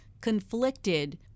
conflicted